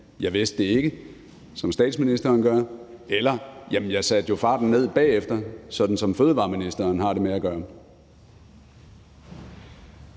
ikke vidste det, som statsministeren gør, eller at man jo satte farten ned bagefter, sådan som fødevareministeren har det med at gøre.